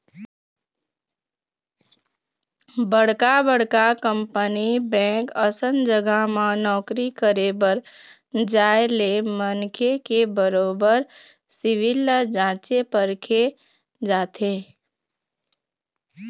बड़का बड़का company bank असन जघा म नौकरी करे बर जाय ले मनखे के बरोबर सिविल ल जाँचे परखे जाथे